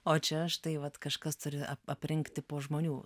o čia štai vat kažkas turi ap aprinkti po žmonių